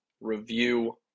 review